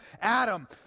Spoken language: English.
Adam